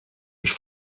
mich